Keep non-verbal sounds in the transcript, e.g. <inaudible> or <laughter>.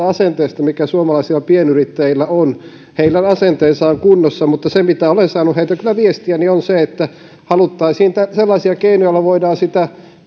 <unintelligible> asenteesta mikä suomalaisilla pienyrittäjillä on heidän asenteensa on kunnossa mutta se mitä olen kyllä saanut heiltä viestiä on se että haluttaisiin sellaisia keinoja joilla voidaan sitä